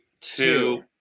two